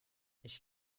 ich